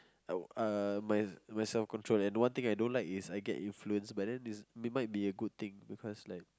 I uh my my self control and one thing I don't like is I get influenced but like it might be a good thing because like